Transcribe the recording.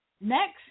next